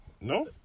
No